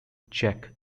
czech